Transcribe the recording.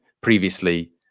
previously